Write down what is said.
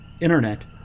internet